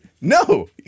No